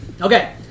okay